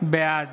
בעד